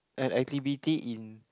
an activity in